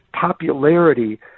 popularity